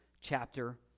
chapter